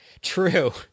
true